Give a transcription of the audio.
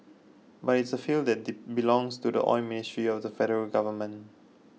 but it's a field that belongs to the Oil Ministry of the Federal Government